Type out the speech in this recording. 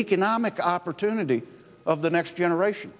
economic opportunity of the next generation